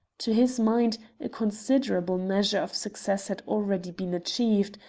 to his mind, a considerable measure of success had already been achieved,